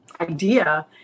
idea